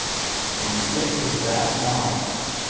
when you get to that knowledge,